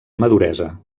maduresa